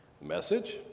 Message